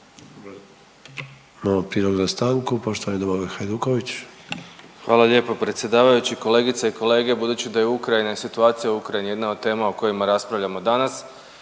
Hvala lijepo predsjedavajući. Kolegice i kolege budući da je Ukrajina i situaciju Ukrajini jedna od tema o kojima raspravljamo danas,